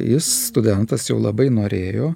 jis studentas jau labai norėjo